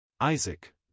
Isaac